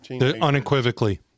Unequivocally